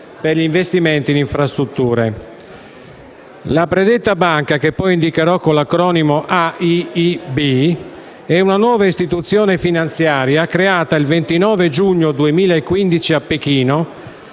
per gli investimenti in infrastrutture. La predetta Banca, che poi indicherò con l'acronimo AIIB, è una nuova istituzione finanziaria, creata il 29 giugno 2015 a Pechino